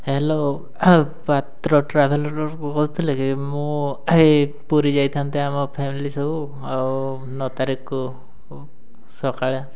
hello Patra traveller କହୁଥିଲେ କି ମୁଁ ଏଇ ପୁରୀ ଯାଇଥାନ୍ତି ଆମ ଫ୍ୟାମିଲି ସବୁ ଆଉ ନଅ ତାରିଖକୁ ସକାଳେ